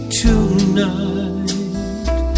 tonight